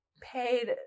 paid